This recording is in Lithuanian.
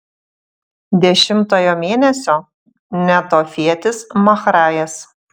dešimtojo mėnesio netofietis mahrajas